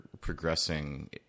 progressing